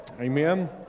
Amen